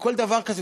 וכל דבר כזה,